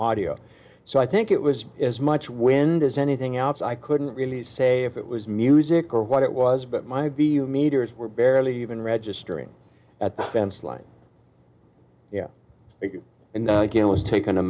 audio so i think it was as much wind as anything else i couldn't really say if it was music or what it was but my b meters were barely even registering at the fenceline you know and again i was taken